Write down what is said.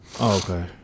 Okay